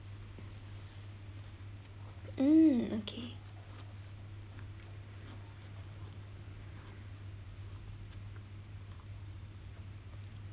mm okay